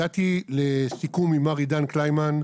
הגעתי לסיכום עם מר עידן קלימן,